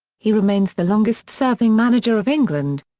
he remains the longest serving manager of england.